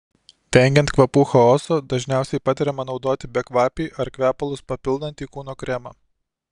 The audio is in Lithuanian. vengiant kvapų chaoso dažniausiai patariama naudoti bekvapį ar kvepalus papildantį kūno kremą